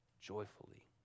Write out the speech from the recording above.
joyfully